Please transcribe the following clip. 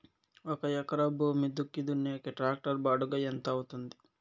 ఒక ఎకరా భూమి దుక్కి దున్నేకి టాక్టర్ బాడుగ ఎంత అవుతుంది?